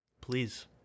Please